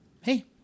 hey